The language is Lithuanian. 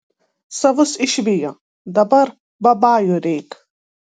savus išvijo dabar babajų reik